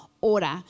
order